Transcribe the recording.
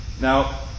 Now